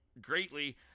greatly